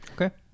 Okay